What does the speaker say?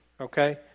okay